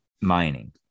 mining